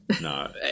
No